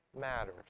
matters